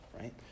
right